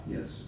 Yes